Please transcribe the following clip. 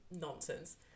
nonsense